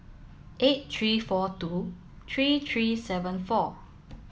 eight three four two three three seven four